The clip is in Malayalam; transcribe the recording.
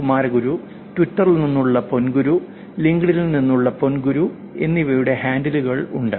കുമാരഗുരു ട്വിറ്ററിൽ നിന്നുള്ള പൊൻങ്കുരു ലിങ്ക്ഡ്ഇനിൽ നിന്നുള്ള പൊൻങ്കുരു എന്നിവയുടെ ഹാൻഡിലുകൾ ഉണ്ട്